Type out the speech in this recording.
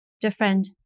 different